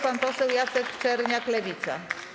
Pan poseł Jacek Czerniak, Lewica.